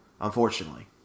unfortunately